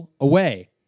away